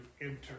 enter